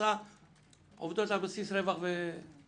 הסעה עובדות על בסיס רווח וכדאיות.